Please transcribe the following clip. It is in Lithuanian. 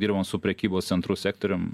dirbam su prekybos centrų sektorium